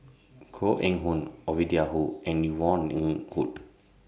Koh Eng Hoon Ovidia and Yvonne Ng Uhde